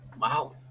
Wow